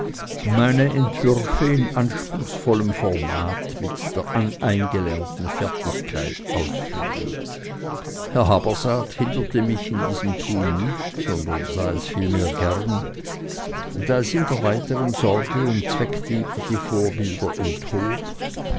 meine entwürfe in anspruchsvollem format mit der eingelernten fertigkeit ausführend herr habersaat hinderte mich in diesem tun nicht sondern sah es vielmehr gern da es ihn der weiteren sorge um zweckdienliche vorbilder enthob